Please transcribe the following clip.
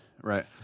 right